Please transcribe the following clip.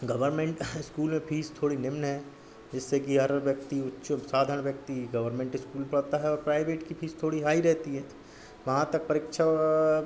government school में fees थोड़ी निम्न है जिससे कि हर व्यक्ति उच्च साधन व्यक्ति गवर्मेंट इस्कूल में पढ़ता है और प्राइवेट की फीस थोड़ी हाई रहती है वहाँ तक परीक्षा